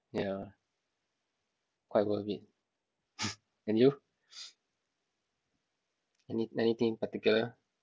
yeah quite worth it and you any anything in particular